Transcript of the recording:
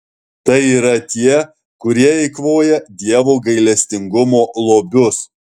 tai yra tie kurie eikvoja dievo gailestingumo lobius